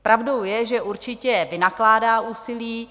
Pravdou je, že určitě vynakládá úsilí.